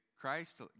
Christ